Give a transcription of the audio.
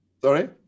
Sorry